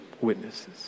witnesses